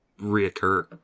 reoccur